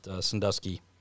Sandusky